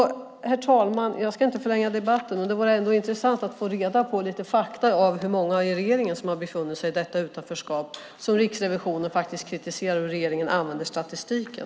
Herr talman! Jag ska inte förlänga debatten. Det vore ändå intressant att få reda på lite fakta om hur många i regeringen som har befunnit sig i det utanförskap som Riksrevisionen kritiserar när det gäller hur regeringen använder statistiken.